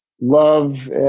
love